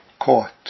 caught